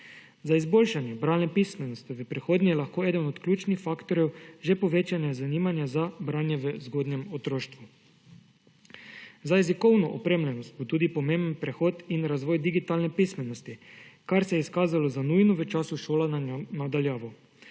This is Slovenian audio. Za izboljšanje bralne pismenosti v prihodnje je lahko eden od ključnih faktorjev že povečana zanimanja za branje v zgodnjem otroštvu. Za jezikovno opremljenost bo tudi pomemben prehod in razvoj digitalne pismenosti, kar se je izkazalo za nujen v času šolanja na daljavo.